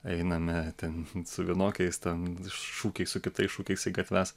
einame ten su vienokiais ten šūkiais su kitais šūkiais į gatves